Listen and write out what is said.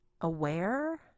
aware